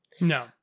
No